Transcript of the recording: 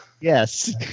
Yes